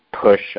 push